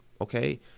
okay